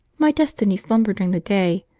my destiny slumbered during the day,